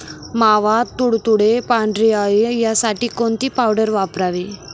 मावा, तुडतुडे, पांढरी अळी यासाठी कोणती पावडर वापरावी?